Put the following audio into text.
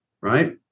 right